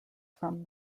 from